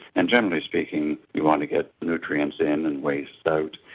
and generally speaking you want to get nutrients in and wastes out,